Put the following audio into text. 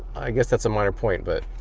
i guess that's a minor point. but